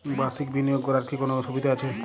বাষির্ক বিনিয়োগ করার কি কোনো সুবিধা আছে?